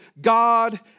God